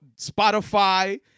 Spotify